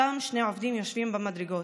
היו שם שני עובדים יושבים במדרגות,